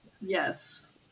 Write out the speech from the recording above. Yes